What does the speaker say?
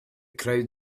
crowd